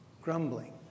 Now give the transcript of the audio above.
grumbling